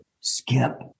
Skip